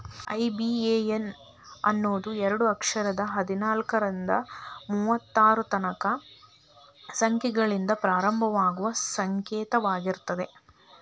IBAN ಅನ್ನೋದು ಎರಡ ಅಕ್ಷರದ್ ಹದ್ನಾಲ್ಕ್ರಿಂದಾ ಮೂವತ್ತರ ತನಕಾ ಸಂಖ್ಯೆಗಳಿಂದ ಪ್ರಾರಂಭವಾಗುವ ಸಂಕೇತವಾಗಿರ್ತದ